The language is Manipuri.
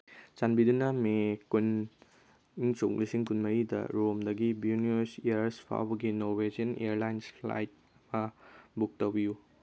ꯆꯥꯟꯕꯤꯗꯨꯅ ꯃꯦ ꯀꯨꯟ ꯏꯪ ꯁꯣꯛ ꯂꯤꯁꯤꯡ ꯀꯨꯟꯃꯔꯤꯗ ꯔꯣꯝꯗꯒꯤ ꯕ꯭ꯌꯨꯅꯣꯁ ꯑꯥꯏꯔꯦꯁ ꯐꯥꯎꯕꯒꯤ ꯅꯣꯔꯋꯦꯖꯦꯟ ꯏꯌꯔꯂꯥꯏꯟꯁ ꯐ꯭ꯂꯥꯏꯠ ꯑꯃ ꯕꯨꯛ ꯇꯧꯕꯤꯌꯨ